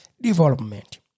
development